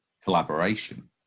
collaboration